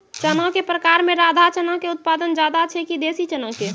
चना के प्रकार मे राधा चना के उत्पादन ज्यादा छै कि देसी चना के?